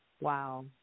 wow